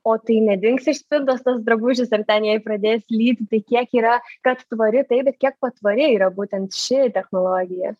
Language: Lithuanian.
o tai nedings iš spintos tas drabužis ar ten jei pradės lyti tai kiek yra kad tvari taip bet kiek patvari yra būtent ši technologija